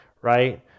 right